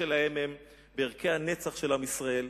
שלהם היא בערכי הנצח של עם ישראל,